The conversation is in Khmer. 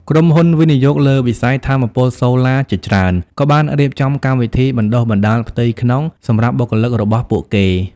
ក្រុមហ៊ុនវិនិយោគលើវិស័យថាមពលសូឡាជាច្រើន ក៏បានរៀបចំ កម្មវិធីបណ្តុះបណ្តាលផ្ទៃក្នុង សម្រាប់បុគ្គលិករបស់ពួកគេ។